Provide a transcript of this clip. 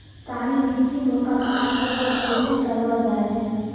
काली मिट्टी मे कपास रो खेती करलो जाय छै